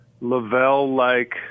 Lavelle-like